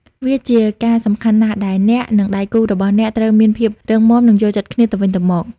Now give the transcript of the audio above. វាជាការសំខាន់ណាស់ដែលអ្នក និងដៃគូរបស់អ្នកត្រូវមានភាពរឹងមាំ និងយល់ចិត្តគ្នាទៅវិញទៅមក។